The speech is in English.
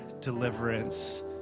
deliverance